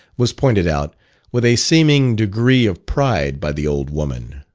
was pointed out with a seeming degree of pride by the old woman.